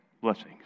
Blessings